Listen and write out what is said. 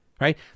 right